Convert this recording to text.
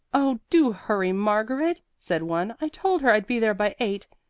oh, do hurry, margaret, said one. i told her i'd be there by eight.